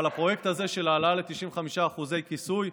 אבל הפרויקט הזה של העלאה ל-95% כיסוי,